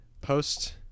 post